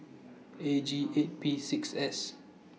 A G eight P six S